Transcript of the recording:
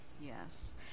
Yes